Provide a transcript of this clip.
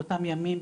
באותם ימים,